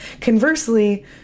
Conversely